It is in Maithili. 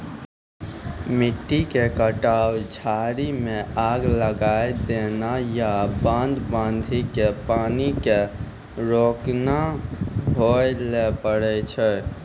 मिट्टी के कटाव, झाड़ी मॅ आग लगाय देना या बांध बांधी कॅ पानी क रोकना होय ल पारै छो